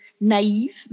naive